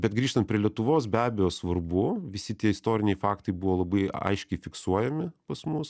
bet grįžtant prie lietuvos be abejo svarbu visi tie istoriniai faktai buvo labai aiškiai fiksuojami pas mus